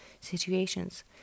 situations